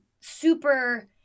super